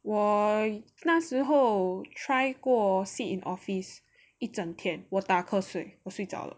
我那时候 try 过 seat in office 一整天我打瞌睡我睡着了